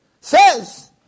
says